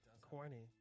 Corny